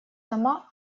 сама